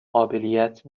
قابلیت